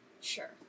Sure